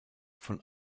von